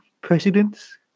presidents